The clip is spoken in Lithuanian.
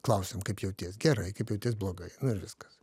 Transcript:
klausiam kaip jauties gerai kaip jauties blogai nu ir viskas